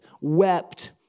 wept